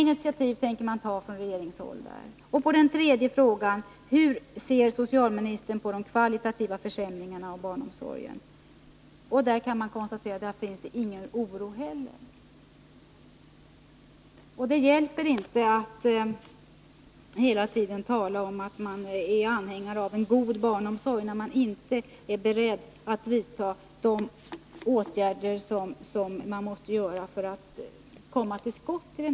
Från regeringshåll tänker man inte ta några sådana initiativ. Min tredje fråga var: Hur ser socialministern på de kvalitativa försämringarna av omsorgen? Jag kan konstatera att inte heller i det avseendet hyser Karin Söder någon oro. Det hjälper inte att hela tiden tala om att man är anhängare av en god barnomsorg, när man inte är beredd att vidta de åtgärder som behövs för att få en sådan.